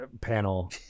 panel